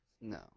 No